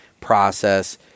process